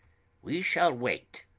we shall wait,